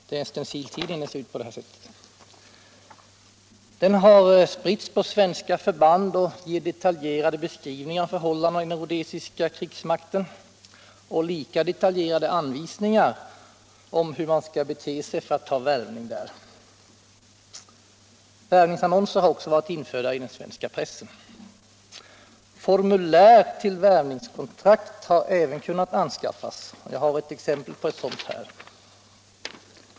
Den har spritts på svenska förband och ger detaljerade beskrivningar av förhållandena i den rhodesiska krigsmakten och lika detaljerade anvisningar om hur man skall bete sig för att ta värvning där. Värvningsannonser har också varit införda i svensk press. Formulär till värvningskontrakt har även kunnat anskaffas, och jag har här ett exempel på ett sådant.